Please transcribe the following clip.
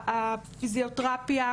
הפיזיותרפיה,